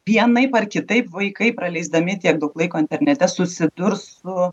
vienaip ar kitaip vaikai praleisdami tiek daug laiko internete susidurs su